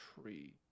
tree